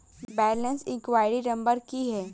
Balance enquiry number की है?